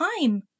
time